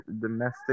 domestic